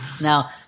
Now